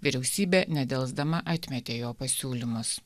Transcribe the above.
vyriausybė nedelsdama atmetė jo pasiūlymus